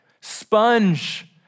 Sponge